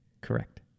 Correct